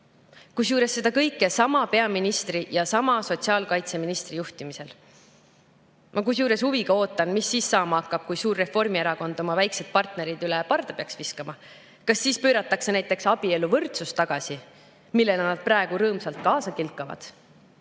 Kusjuures seda kõike sama peaministri ja sama sotsiaalkaitseministri juhtimisel. Ma huviga ootan, mis siis saama hakkab, kui suur Reformierakond oma väiksed partnerid üle parda peaks viskama. Kas siis pööratakse näiteks abieluvõrdsus tagasi, millele nad praegu rõõmsalt kaasa kilkavad?